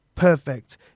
Perfect